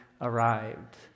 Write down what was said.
arrived